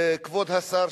כבוד השר,